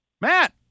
Matt